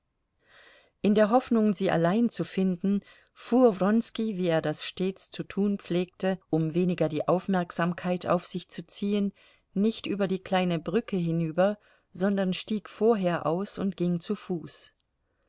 in der hoffnung sie allein zu finden fuhr wronski wie er das stets zu tun pflegte um weniger die aufmerksamkeit auf sich zu ziehen nicht über die kleine brücke hinüber sondern stieg vorher aus und ging zu fuß